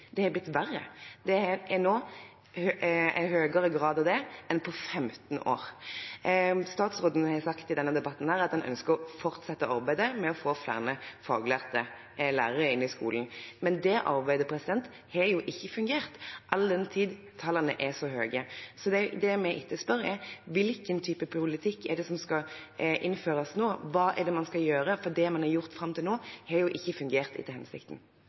Det har blitt verre. Det er nå en høyere grad av det enn på 15 år. Statsråden har sagt i denne debatten at han ønsker å fortsette arbeidet med å få flere faglærte lærere inn i skolen. Men det arbeidet har jo ikke fungert, all den tid tallene er så høye. Så det vi etterspør, er: Hvilken type politikk er det som skal innføres nå? Hva er det man skal gjøre? For det man har gjort fram til nå, har jo ikke fungert etter hensikten.